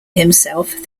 himself